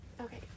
Okay